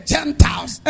Gentiles